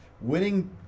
Winning